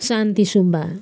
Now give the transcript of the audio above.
Shanti Subba